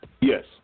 Yes